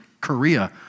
Korea